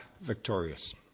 victorious